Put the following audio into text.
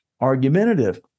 argumentative